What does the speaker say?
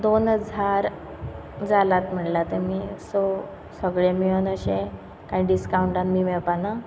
दोन हजार जालात म्हणलां तुमी सो सगळे मिळून अशे कांय डिसकावंटान बी मेळपा ना